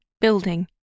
building